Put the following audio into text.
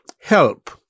help